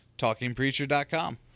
talkingpreacher.com